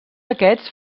aquests